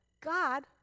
God